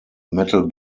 metal